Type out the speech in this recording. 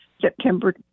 September